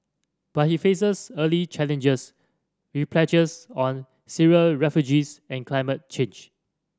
but he faces early challenges with pledges on Syrian refugees and climate change